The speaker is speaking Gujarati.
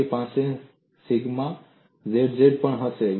તમારી પાસે સિગ્મા z z પણ હશે